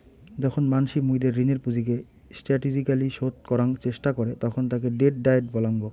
যখন মানসি মুইদের ঋণের পুঁজিকে স্টাটেজিক্যলী শোধ করাং চেষ্টা করে তখন তাকে ডেট ডায়েট বলাঙ্গ